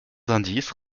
indices